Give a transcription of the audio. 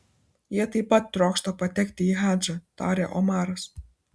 jie taip pat trokšta patekti į hadžą tarė omaras